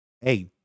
hey